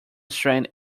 strained